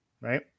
right